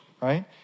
right